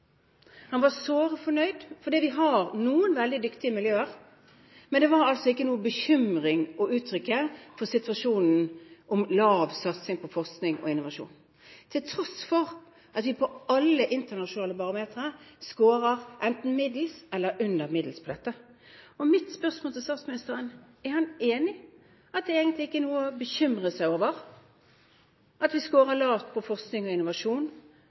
Han var såre fornøyd fordi vi har noen veldig dyktige miljøer, men han hadde altså ikke noen bekymring å uttrykke for situasjonen med hensyn til lav satsing på forskning og innovasjon, til tross for at vi på alle internasjonale barometre scorer enten middels eller under middels på dette. Mitt spørsmål til statsministeren er: Er han enig i at det egentlig ikke er noe å bekymre seg over at vi scorer lavt på forskning og innovasjon